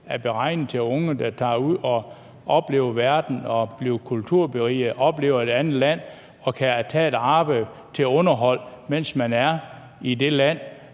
er beregnet til unge, der tager ud og oplever verden, bliver kulturberiget og oplever et andet land og kan tage et arbejde til deres underhold, mens de er i det land,